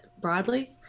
broadly